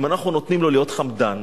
אם אנחנו נותנים לו להיות חמדן,